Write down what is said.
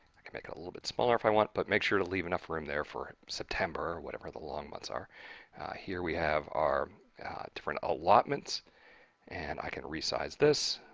i can make it a little bit smaller if i want, but make sure to leave enough room there for september or whatever the long months are here we have our different allotments and i can resize this,